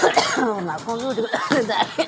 हमरा खोँखी